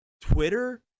Twitter